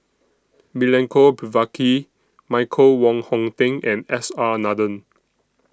Milenko Prvacki Michael Wong Hong Teng and S R Nathan